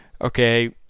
okay